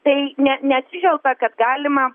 tai ne neatsižvelgta kad galima